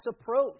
approach